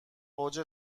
اوج